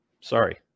sorry